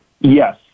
Yes